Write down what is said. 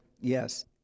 Yes